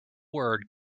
word